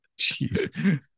Jeez